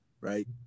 right